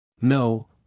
No